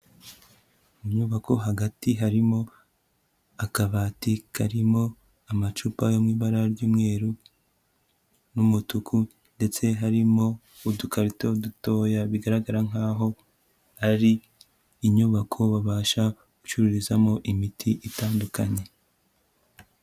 Mu nyubako hagati harimo akabati karimo amacupa yo mu ibara ry'umweru n'umutuku ndetse harimo udukarito dutoya, bigaragara nk'aho ari inyubako babasha gucururizamo imiti itandukanye.